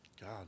God